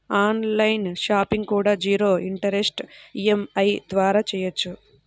on line shopping కూడా zero interest EMI ద్వారా చెయ్యొచ్చు